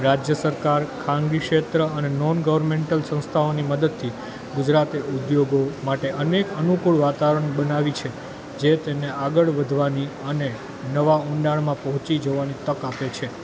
રાજ્ય સરકાર ખાનગી ક્ષેત્ર અને નોનગવર્મેન્ટલ સંસ્થાઓની મદદથી ગુજરાતે ઉદ્યોગો માટે અનેક અનુકૂળ વાતાવરણ બનાવી છે જે તેને આગળ વધવાની અને એ નવા ઊંડાણમાં પહોંચી જવાની તક આપે છે